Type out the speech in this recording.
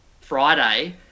Friday